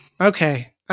okay